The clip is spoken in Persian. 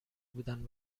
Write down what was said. بودن